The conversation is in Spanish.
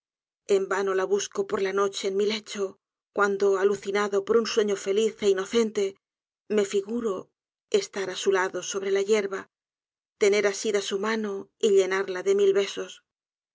en vano la busco por la noche en mi lecho cuando alucinado por un sueño feliz é inocente me figuro estar á su lado sobre la yerba tener asida su mano y llenarla de mil besos